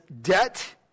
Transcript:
debt